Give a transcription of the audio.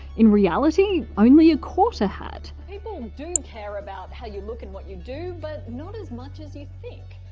in reality, only a quarter had. people do care about how you look and what you do, but not as much as you think.